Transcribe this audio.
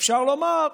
ואפשר לומר: